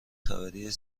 خبری